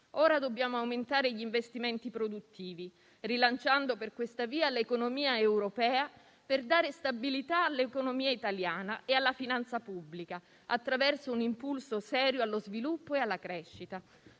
Ora dobbiamo aumentare gli investimenti produttivi, rilanciando per questa via l'economia europea, per dare stabilità a quella italiana e alla finanza pubblica, attraverso un impulso serio allo sviluppo e alla crescita.